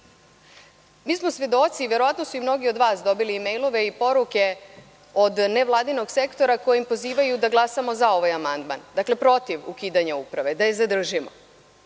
smo svedoci, a verovatno su mnogi od vas dobili i mejlove i poruke od nevladinog sektora kojim pozivaju da glasamo za ovaj amandman, dakle, protiv ukidanja Uprave, da je zadržimo.